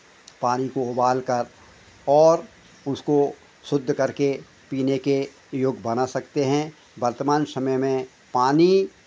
पानी को उबाल कर और उसको शुद्ध कर के पीने के योग्य बना सकते हैं वर्तमान समय में पानी